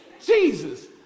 Jesus